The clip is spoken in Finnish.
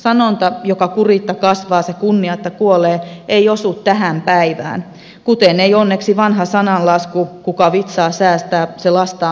sanonta joka kuritta kasvaa se kunniatta kuolee ei osu tähän päivään kuten ei onneksi vanha sananlasku kuka vitsaa säästää se lastaan vihaa